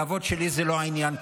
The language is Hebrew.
הכבוד שלי זה לא העניין פה,